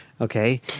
Okay